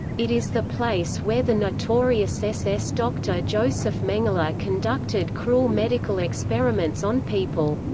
it is the place where the notorious ss doctor josef mengele conducted cruel medical experiments on people.